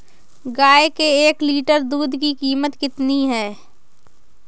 गाय के एक लीटर दूध की कीमत कितनी है?